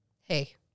hey